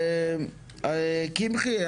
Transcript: קמחי,